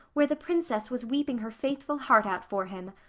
where the princess was weeping her faithful heart out for him.